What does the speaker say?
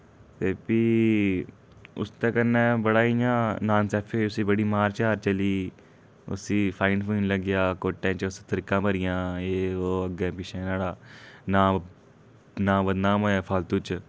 ते फ्ही उसदे कन्नै बड़ा इ'यां नाइंसाफी होई उस्सी बड़ी मार छार चली उस्सी फाइन फुइन लग्गेआ कोर्टे च उस तरीकां भरियां एह् ओह् अग्गें पिच्छें नुहाड़ा नांऽ नांऽ बदनाम होएआ फालतू च